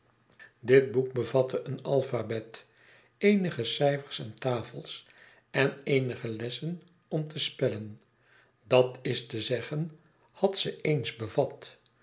dit boek bevatte een alphabet eenige cijfers en tafels en eenige lessen om te spellen dat is te zeggen had ze eens bevat